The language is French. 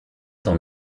dans